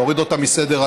להוריד אותה מסדר-היום.